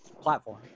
platform